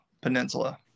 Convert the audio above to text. Peninsula